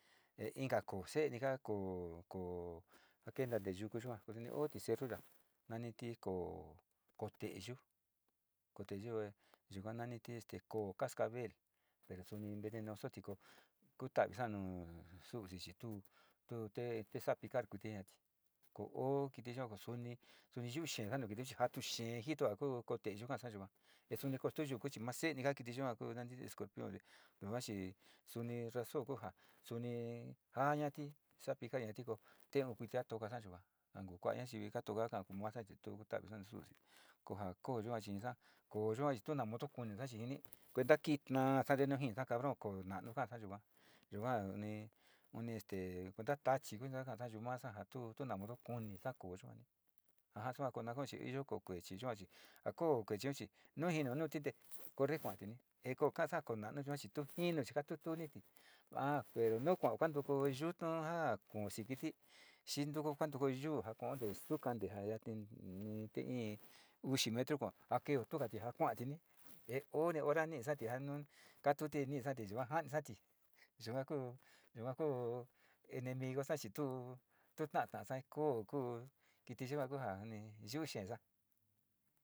Inka se'e koa, koo, koo ja kenta onte yuku yua, suniootio cerro ya'a naniti koo te'eyo, koo te'eyu yuka naniti koo cascabel pe'o suni'venenosoti, kutavisa nu su'usi chi tuu tue sa'a picar kitijiati o kiti yua chi suni, suni yuu xeega nu kitiun jatu xee jito ja kuu teeyu ja kaasa yua te suni kostoyuku chi ma se'eni kaa kiti' yua, escorpion yua chi suni razon kuu ja suni jaañati sa'a picañati te jo kitia ti ja sa yua a kon kua'a nayivi ka tu kaka koo masa chitu kutavisa nu su'usi ko ja ko yachi koo yuachi tu na modo kinisa chijinni kuenta ki ma sado nujii sa a cabro ko na'anu jasa yuu ya, yua uni, uni stee te kuenta tachi kusa kaka'asa yumasa ja tu na modo kunisa koo yua ni, jaja suako nasua iyo.